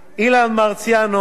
ולעוזרת החדשה,